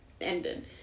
ended